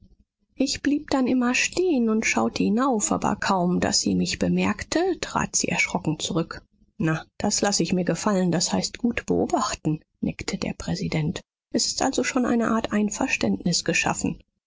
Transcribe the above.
ich blieb dann immer stehen und schaute hinauf aber kaum daß sie mich bemerkte trat sie erschrocken zurück na das lass ich mir gefallen das heißt gut beobachten neckte der präsident es ist also schon eine art einverständnis geschaffen